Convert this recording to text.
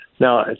now